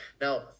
now